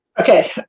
Okay